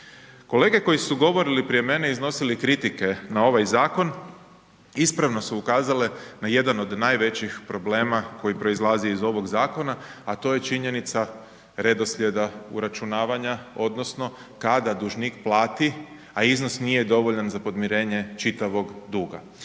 Kolege koji su govorili prije mene i iznosili kritike na ovaj zakon, ispravno su ukazale na jedan od najvećih problema koji proizlazi iz ovog zakona a to je činjenica redoslijeda uračunavanja odnosno kada dužnik plati a iznos nije dovoljan za podmirenje čitavog duga.